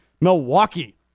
Milwaukee